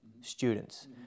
students